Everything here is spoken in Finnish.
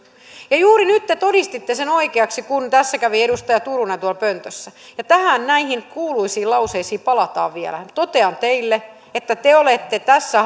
juuri nyt te todistitte sen oikeaksi kun tässä kävi edustaja turunen tuolla pöntössä ja näihin kuuluisiin lauseisiin palataan vielä totean teille että te olette tässä